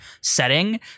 setting